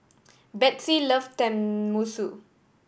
Bethzy loves Tenmusu